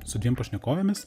su dviem pašnekovėmis